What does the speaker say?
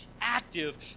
active